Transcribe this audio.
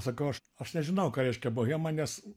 sakau aš aš nežinau ką reiškia bohema nes